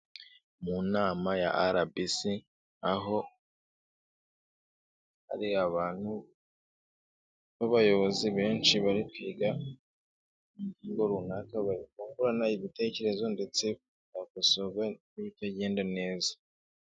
Mu nama ya RBC, aho hari abantu b'abayobozi benshi bari kwiga ku gikorwa runaka bungurana ibitekerezo ndetse hagakosorwa n'ibitagenda neza